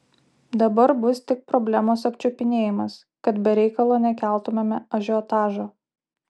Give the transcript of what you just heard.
dabar bus tik problemos apčiupinėjimas kad be reikalo nekeltumėme ažiotažo